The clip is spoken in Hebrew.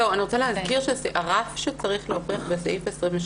אני רוצה להזכיר שהרף שצריך להוכיח בסעיף 27